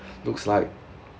looks like